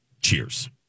cheers